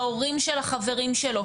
בהורים של החברים שלו.